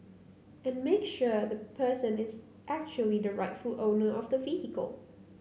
and make sure the person is actually the rightful owner of the vehicle